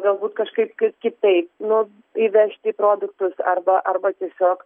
galbūt kažkaip ki kitaip nu įvežti produktus arba arba tiesiog